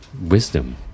wisdom